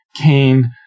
Cain